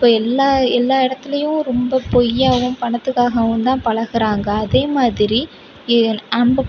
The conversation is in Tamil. இப்போ எல்லா எல்லா இடத்துலயும் ரொம்ப பொய்யாகவும் பணத்துக்காகவும் தான் பழகுறாங்க அதே மாதிரி ஏ அந்த